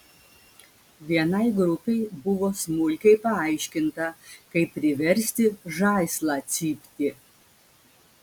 vienai grupei buvo smulkiai paaiškinta kaip priversti žaislą cypti